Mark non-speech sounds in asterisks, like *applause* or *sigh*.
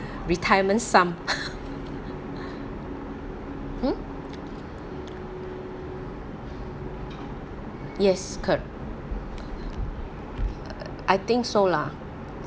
retirement sum *laughs* hmm yes corr~ I think so lah